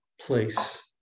place